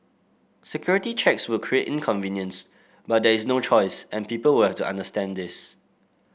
security checks will create inconvenience but there is no choice and people will have to understand this